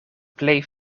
plej